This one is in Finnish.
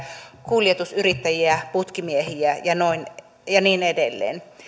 kuljetusyrittäjiä putkimiehiä ja niin edelleen